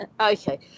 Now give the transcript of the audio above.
Okay